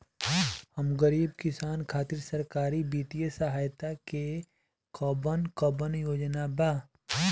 हम गरीब किसान खातिर सरकारी बितिय सहायता के कवन कवन योजना बा?